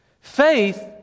Faith